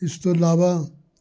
ਇਸ ਤੋਂ ਇਲਾਵਾ